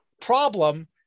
problem